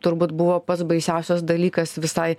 turbūt buvo pats baisiausias dalykas visai